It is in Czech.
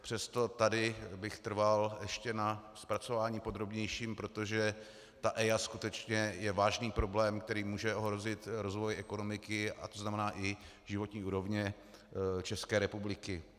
Přesto tady bych trval ještě na zpracování podrobnějším, protože EIA je skutečně vážný problém, který může ohrozit rozvoj ekonomiky, to znamená i životní úroveň České republiky.